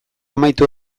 amaitu